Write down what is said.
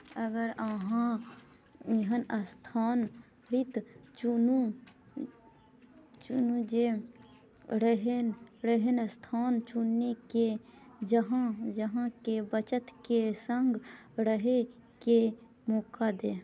अगर अहाँ एहन अस्थान त्वरित चुनू चुनू जे रहनि रहनि अस्थान चुनैके जहाँ जहाँके बचतके सङ्ग रहैके मौका दै